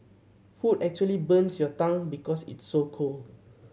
food actually burns your tongue because it's so cold